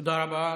תודה רבה.